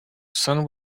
sun